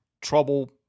trouble